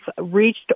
reached